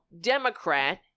Democrat